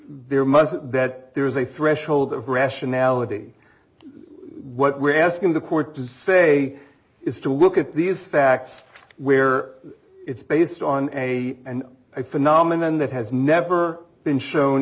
be that there is a threshold of rationality what we're asking the court to say is to look at these facts where it's based on a and i phenomenon that has never been shown